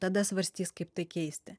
tada svarstys kaip tai keisti